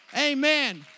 Amen